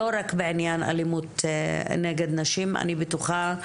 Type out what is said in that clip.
לא רק בעניין אלימות נגד נשים, אני בטוחה.